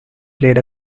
played